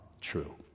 true